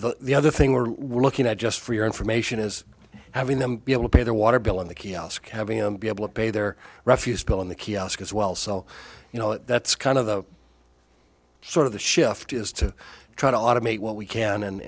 know the other thing we're looking at just for your information is having them be able to pay their water bill in the kiosk having them be able to pay their refuse bill on the kiosk as well so you know that's kind of the sort of the shift is to try to automate what we can and